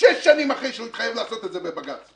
שש שנים אחרי שהתחייב לעשות את זה בבג"ץ,